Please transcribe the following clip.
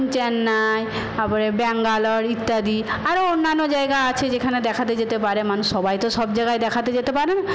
চেন্নাই তারপরে ব্যাঙ্গালোর ইত্যাদি আরও অন্যান্য জায়গা আছে যেখানে দেখাতে যেতে পারে মানুষ সবাই তো সব জায়গায় দেখতে যেতে পারে না